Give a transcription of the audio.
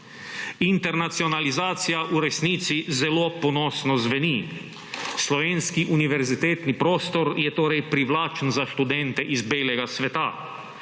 Internacionalizacija v resnici zelo ponosno zveni. Slovenski univerzitetni prostor je torej privlačen za študente iz belega sveta.